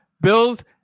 Bills